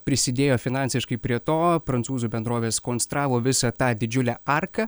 prisidėjo finansiškai prie to prancūzų bendrovės konstravo visą tą didžiulę arką